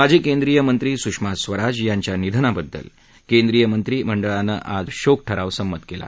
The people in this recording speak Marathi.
माजी केंद्रिय मंत्री सुषमा स्वराज यांच्या निधनाबद्दल केंद्रिय मंत्री मंडळानं आज शोक ठराव संमत केला